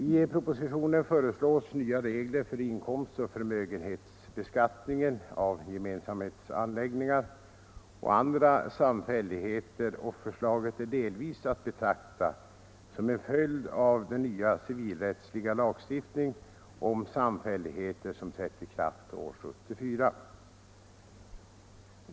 I propositionen föreslås nya regler för inkomstoch förmögenhetsbeskattningen av gemensamhetsanläggningar och andra samfälligheter, och förslaget är delvis att betrakta som en följd av den nya civilrättsliga lagstiftningen om samfälligheter som trätt i kraft år 1974.